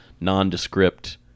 nondescript